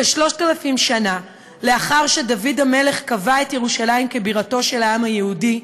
כשלושת אלפים שנה לאחר שדוד המלך קבע את ירושלים כבירתו של העם היהודי,